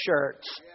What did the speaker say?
shirts